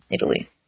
Italy